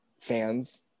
fans